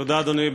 תודה, אדוני.